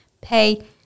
pay